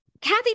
Kathy